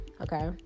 Okay